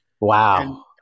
Wow